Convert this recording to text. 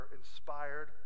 inspired